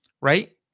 right